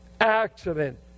accident